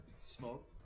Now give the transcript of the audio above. Smoke